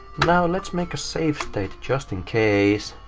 now let's make a savestate just in case.